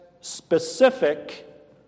specific